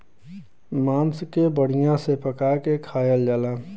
मांस के बढ़िया से पका के खायल जाला